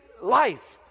life